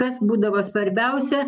kas būdavo svarbiausia